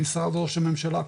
במשרד ראש הממשלה,